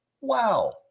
wow